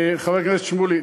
חבר הכנסת שמולי,